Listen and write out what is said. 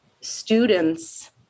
students